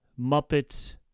Muppets